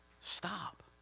Stop